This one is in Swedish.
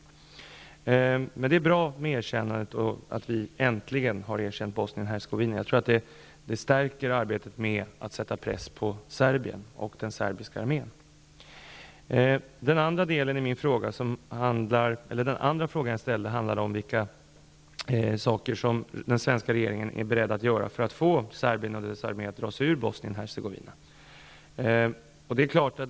Det är emellertid bra med erkännandet, att vi äntligen har erkänt Bosnien-Hercegovina. Jag tror att det stärker arbetet med att sätta press på Serbien och den serbiska armén. Den andra frågan jag ställde handlar om vad den svenska regeringen är beredd att göra för att få Serbien och dess armé att dra sig ur Bosnien Hercegovina.